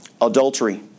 adultery